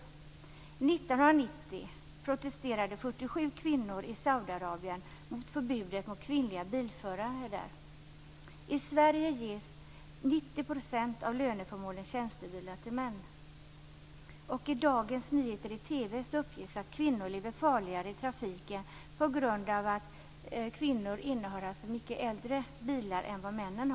1990 protesterade 47 kvinnor i Saudiarabien mot förbudet mot kvinnliga bilförare där. I Sverige ges 90 % av löneförmånen tjänstebilar till män, och i dagsnyheterna i TV uppges att kvinnor lever farligare i trafiken på grund av att kvinnor innehar mycket äldre bilar än männen.